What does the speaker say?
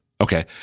Okay